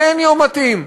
אין יום מתאים.